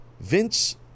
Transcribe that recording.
Vince